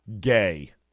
gay